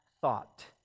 thought